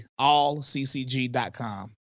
Allccg.com